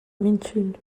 minchün